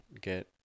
get